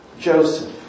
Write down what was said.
Joseph